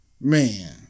Man